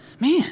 man